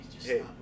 hey